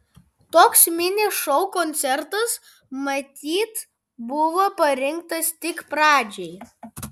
toks mini šou koncertas matyt buvo parinktas tik pradžiai